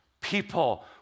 people